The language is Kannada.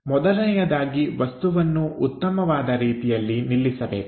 ಮೊದಲನೆಯದಾಗಿ ವಸ್ತುವನ್ನು ಉತ್ತಮವಾದ ರೀತಿಯಲ್ಲಿ ನಿಲ್ಲಿಸಬೇಕು